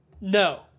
No